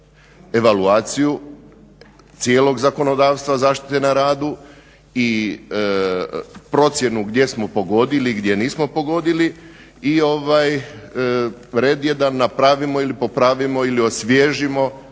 evaluaciju cijelog zakonodavstva zaštite na radu i procjenu gdje smo pogodili i gdje nismo pogodili i red je da napravimo ili popravimo ili osvježimo